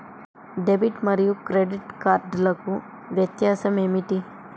Debit మరియు credit కార్డ్లకు వ్యత్యాసమేమిటీ?